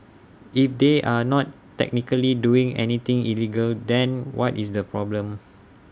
if they are not technically doing anything illegal then what is the problem